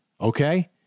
Okay